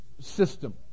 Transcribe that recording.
system